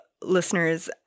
listeners